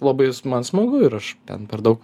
labai s man smagu ir aš ten per daug